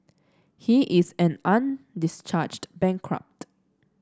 he is an undischarged bankrupt